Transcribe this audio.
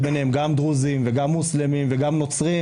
ביניהם גם דרוזים וגם מוסלמים וגם נוצרים